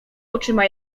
oczyma